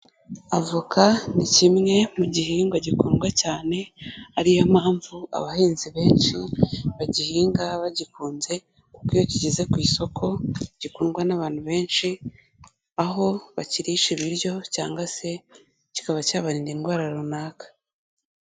Avoka ni kimwe mu gihingwa gikundwa cyane ariyo mpamvu abahinzi benshi bagihinga bagikunze, kuko iyo kigeze ku isoko gikundwa n'abantu benshi, aho bakirisha ibiryo cyangwa se kikaba cyabarinda indwara runaka.